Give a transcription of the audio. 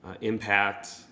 impact